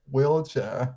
Wheelchair